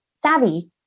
savvy